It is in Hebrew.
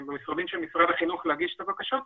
של משרד החינוך כדי להגיש את הבקשות האלה,